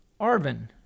Arvin